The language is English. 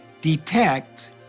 Detect